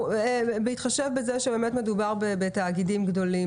בהתחשב בזה שבאמת מדובר בתאגידים גדולים,